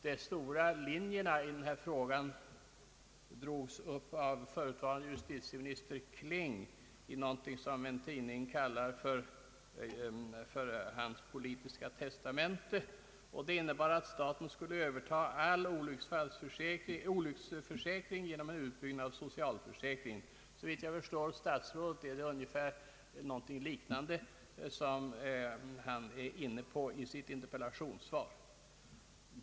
De stora linjerna i denna fråga drogs upp av förre justitieministern Kling i något som en tidning kallat för hans politiska testamente. Det innebar att staten skulle överta all olycksfallsförsäkring genom en utbyggnad av socialförsäkringen. Om jag förstår statsrådet Geijer rätt är han inne på likartade tankegångar i sitt interpellationssvar.